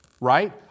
Right